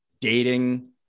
dating